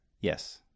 Yes